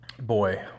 Boy